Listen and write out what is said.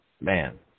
Man